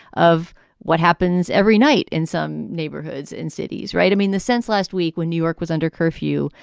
of what happens every night in some neighborhoods. in cities. right. i mean, the sense last week when new york was under curfew,